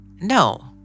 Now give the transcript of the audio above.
No